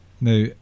Now